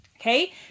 Okay